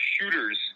shooters